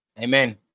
Amen